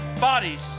bodies